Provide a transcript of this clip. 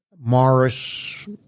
Morris